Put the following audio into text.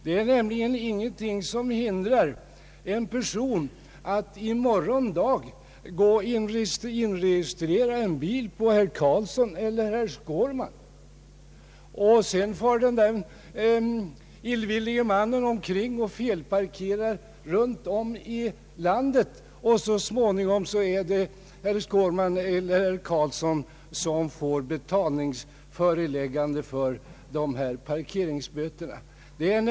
Det är nämligen ingenting som hindrar en person att i morgon dag inregistrera en bil på herr Skårman eller herr Karlsson. Sedan far denne illvillige man omkring och felparkerar runt om i landet, och så småningom blir det herr Skårman eller herr Karlsson som får betalningsföreläggande för dessa parkeringsböter.